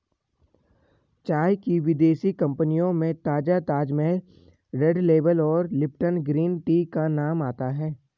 चाय की विदेशी कंपनियों में ताजा ताजमहल रेड लेबल और लिपटन ग्रीन टी का नाम आता है